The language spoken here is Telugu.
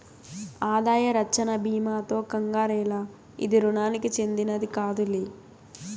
ఆదాయ రచ్చన బీమాతో కంగారేల, ఇది రుణానికి చెందినది కాదులే